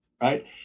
right